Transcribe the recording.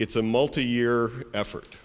it's a multi year effort